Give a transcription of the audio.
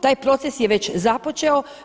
Taj proces je već započeo.